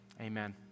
Amen